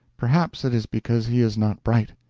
perhaps it is because he is not bright,